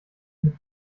mit